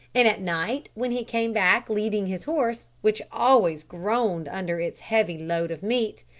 and at night when he came back leading his horse, which always groaned under its heavy load of meat,